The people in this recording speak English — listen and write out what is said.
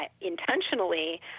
intentionally